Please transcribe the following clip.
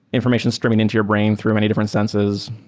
information streaming into your brain through many different senses,